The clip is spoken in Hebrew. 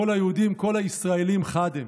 כל היהודים, כל הישראלים, חד הם.